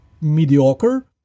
mediocre